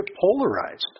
polarized